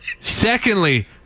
secondly